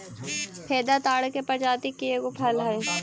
फेदा ताड़ के प्रजाति के एगो फल हई